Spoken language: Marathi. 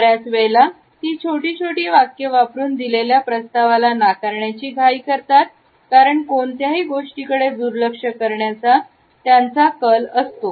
बऱ्याच वेळेला ते छोटी छोटी वाक्य वापरून दिलेल्या प्रस्तावाला नाकारण्याची घाई करतात कारण कोणत्याही गोष्टीकडे दुर्लक्ष करण्याचा त्यांचा कल असतो